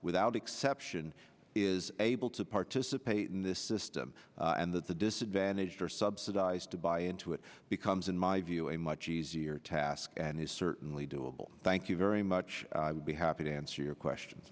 without exception is able to participate in this system and that the disadvantaged are subsidized to buy into it becomes in my view a much easier task and is certainly doable thank you very much be happy to answer your question